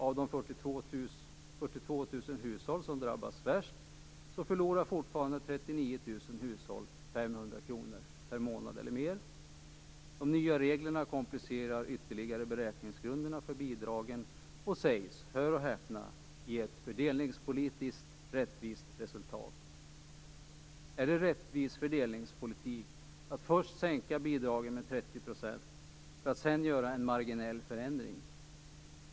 Av de 42 000 hushåll som drabbats värst förlorar fortfarande 39 000 hushåll 500 kr per månad eller med. De nya reglerna komplicerar ytterligare beräkningsgrunderna för bidragen och sägs - hör och häpna - ge ett fördelningspolitiskt rättvist resultat. Är det rättvis fördelningspolitik att först sänka bidragen med 30 % för att sedan göra en marginell förändring?